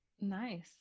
Nice